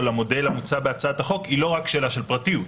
למודל המוצע בהצעת החוק היא לא רק שאלה של פרטיות.